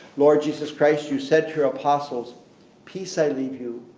lord jesus christ you said to your apostles peace i leave you,